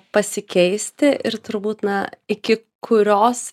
pasikeisti ir turbūt na iki kurios